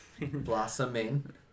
Blossoming